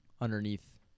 underneath